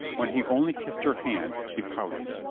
when he only kissed her hand, she pouted.